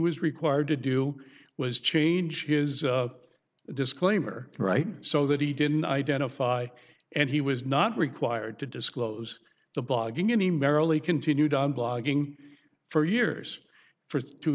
was required to do was change his disclaimer right so that he didn't identify and he was not required to disclose the blogging any merrily continued on blogging for years for two